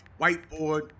whiteboard